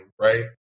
right